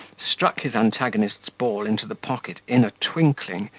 struck his antagonist's ball into the pocket in a twinkling,